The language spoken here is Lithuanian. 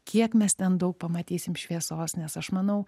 kiek mes ten daug pamatysim šviesos nes aš manau